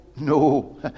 no